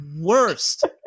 worst